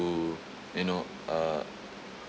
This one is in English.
you know uh